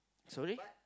sorry